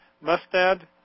Mustad